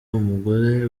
umugore